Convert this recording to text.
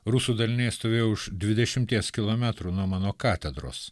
rusų daliniai stovėjo už dvidešimties kilometrų nuo mano katedros